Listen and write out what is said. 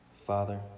Father